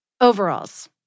Overalls